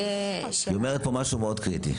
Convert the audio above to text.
היא אומרת פה משהו מאוד קריטי.